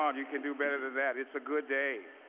um you can do better than that. it's a good day.